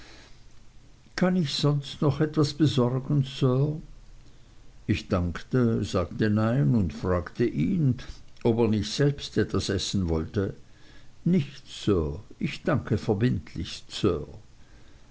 kann ich sonst noch etwas besorgen sir ich dankte sagte nein und fragte ihn ob er selbst nicht etwas essen wollte nichts ich danke verbindlichst sir